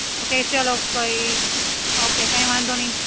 okay ચલો કંઈ okay કાંઈ વાંધો નઈ